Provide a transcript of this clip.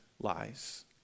lies